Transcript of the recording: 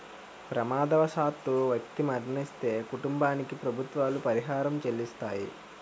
ప్రమాదవశాత్తు వ్యక్తి మరణిస్తే కుటుంబానికి ప్రభుత్వాలు పరిహారం చెల్లిస్తాయి